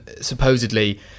supposedly